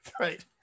right